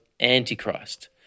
antichrist